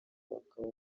bakaba